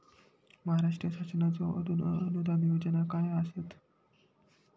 महाराष्ट्र शासनाचो अनुदान योजना काय आसत?